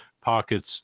pockets